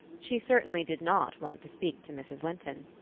she certainly did not want to speak to mrs. linton.